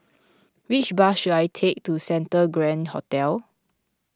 which bus should I take to Santa Grand Hotel